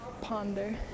ponder